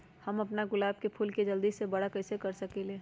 हम अपना गुलाब के फूल के जल्दी से बारा कईसे कर सकिंले?